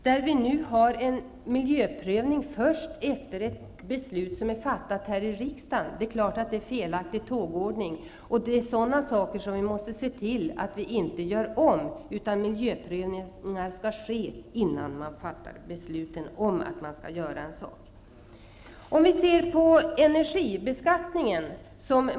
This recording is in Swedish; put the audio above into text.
Där kommer miljöprövningen först efter ett fattat riksdagsbeslut. Det är klart att detta är en felaktig tågordning. Vi måste se till att sådant inte upprepas, utan att miljöprövningar skall ske innan man fattar beslut. Många har kritiserat energibeskattningen.